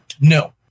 No